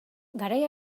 garai